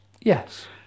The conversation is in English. Yes